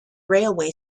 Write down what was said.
railway